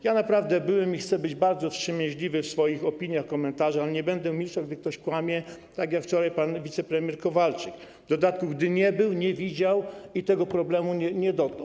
Ja naprawdę byłem i chcę być bardzo wstrzemięźliwy w swoich opiniach, komentarzach, ale nie będę milczał, gdy ktoś kłamie tak jak wczoraj pan wicepremier Kowalczyk, w dodatku gdy nie był, nie widział i tego problemu nie dotknął.